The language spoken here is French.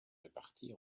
repartie